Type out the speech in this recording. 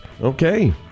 okay